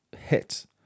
hits